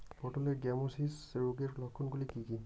পটলের গ্যামোসিস রোগের লক্ষণগুলি কী কী?